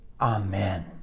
Amen